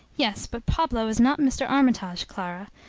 yes, but pablo is not mr. armitage, clara.